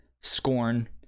scorn